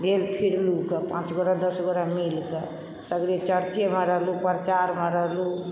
भेल फिरलू पाँचगोरा दसगोरा मिलके सगरे चर्चेमे रहलू प्रचारमे रहलू